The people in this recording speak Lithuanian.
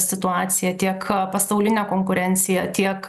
situaciją tiek pasaulinę konkurenciją tiek